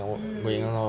mm